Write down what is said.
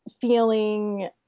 feeling